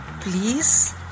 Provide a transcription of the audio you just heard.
please